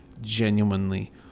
genuinely